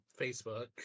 Facebook